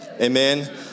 amen